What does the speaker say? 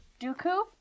Dooku